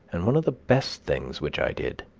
and one of the best things which i did.